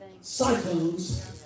cyclones